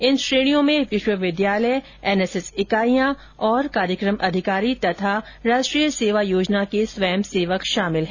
इन श्रेणियों में विश्वविद्यालय एनएसएस इकाइयां और कार्यक्रम अधिकारी तथा राष्ट्रीय सेवा योजना के स्वयं सेवक शामिल हैं